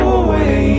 away